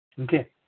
Okay